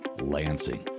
Lansing